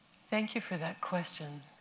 thank you for that question,